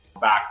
back